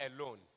alone